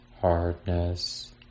hardness